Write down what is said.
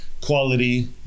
quality